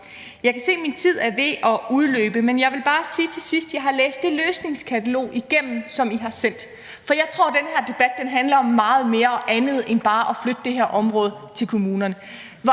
Jeg kan se, at min tid er ved at udløbe, men jeg vil bare sige til sidst, at jeg har læst det løsningskatalog igennem, som I har sendt. For jeg tror, at den her debat handler om meget mere og andet end bare at flytte det her område til kommunerne.